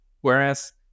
Whereas